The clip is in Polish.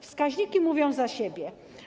Wskaźniki mówią za siebie.